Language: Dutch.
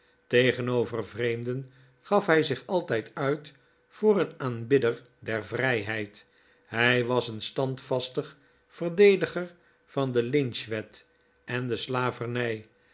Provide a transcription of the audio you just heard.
tegenover vreemden gaf hij zich altijd uit voor een aanbidder der vrijheid hij was een standvastig verdediger van de lynch wet en de slavernij